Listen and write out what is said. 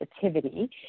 sensitivity